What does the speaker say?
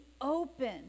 open